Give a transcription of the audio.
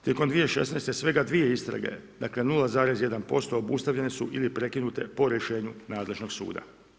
Tijekom 2016. svega 2 istrage, dakle, 0,1% obustavljene su ili prekinute po rješenju nadležnog suda.